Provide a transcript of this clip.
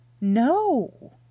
No